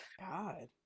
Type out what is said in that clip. god